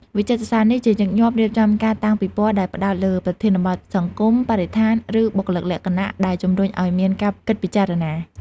វិចិត្រសាលនេះជាញឹកញាប់រៀបចំការតាំងពិពណ៌ដែលផ្តោតលើប្រធានបទសង្គម បរិស្ថាន ឬបុគ្គលិកលក្ខណៈ ដែលជំរុញឲ្យមានការគិតពិចារណា។